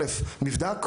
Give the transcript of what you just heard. פרמטר ראשון הוא מבדק,